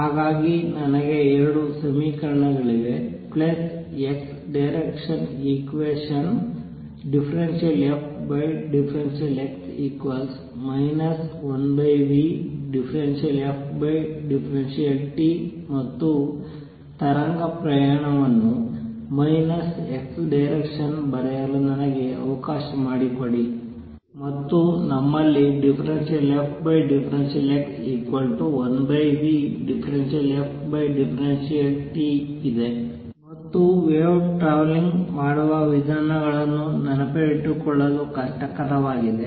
ಹಾಗಾಗಿ ನನಗೆ ಎರಡು ಸಮೀಕರಣಗಳಿವೆ plus x direction equation ∂f∂x 1v∂ft ಮತ್ತು ತರಂಗ ಪ್ರಯಾಣವನ್ನು ಮೈನಸ್ x ಡೈರೆಕ್ಷನ್ ಬರೆಯಲು ನನಗೆ ಅವಕಾಶ ಮಾಡಿಕೊಡಿ ಮತ್ತು ನಮ್ಮಲ್ಲಿ ∂f∂x1v∂f∂t ಇದೆ ಮತ್ತು ವೇವ್ ಟ್ರಾವೆಲಿಂಗ್ ಮಾಡುವ ವಿಧಾನಗಳನ್ನು ನೆನಪಿಟ್ಟುಕೊಳ್ಳಲು ಕಷ್ಟಕರವಾಗಿದೆ